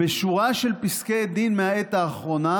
בשורה של פסקי דין מהעת האחרונה,